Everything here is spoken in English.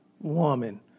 woman